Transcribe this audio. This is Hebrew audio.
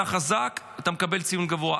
אתה חזק, אתה מקבל ציון גבוה.